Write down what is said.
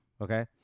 Okay